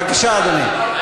בבקשה, אדוני.